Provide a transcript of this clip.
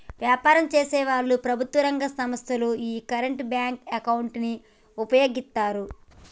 వ్యాపారం చేసేవాళ్ళు, ప్రభుత్వం రంగ సంస్ధలు యీ కరెంట్ బ్యేంకు అకౌంట్ ను వుపయోగిత్తాయి